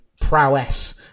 prowess